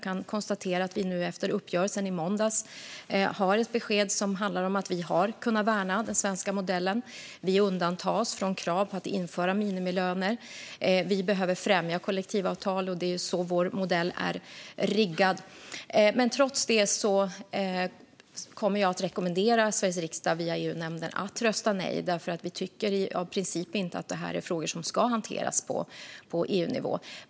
Vi har nu, efter uppgörelsen i måndags, fått besked om att vi har kunnat värna den svenska modellen. Vi undantas från krav på att införa minimilöner. Vi behöver främja kollektivavtal. Det är också så vår modell är riggad. Trots det kommer jag att rekommendera Sveriges riksdag via EU-nämnden att rösta nej. Vi tycker av princip att det här är frågor som inte ska hanteras på EU-nivå.